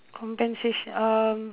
compensation um